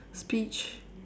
speech